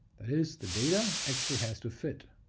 that is, the data actually has to fit,